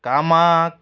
कामाक